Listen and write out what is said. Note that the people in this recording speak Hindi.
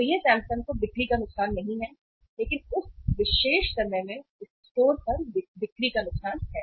तो यह सैमसंग को बिक्री का नुकसान नहीं है लेकिन उस विशेष समय में स्टोर पर बिक्री का नुकसान है